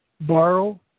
borrow